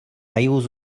miles